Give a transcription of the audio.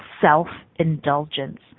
self-indulgence